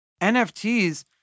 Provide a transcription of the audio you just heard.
NFTs